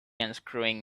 unscrewing